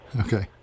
Okay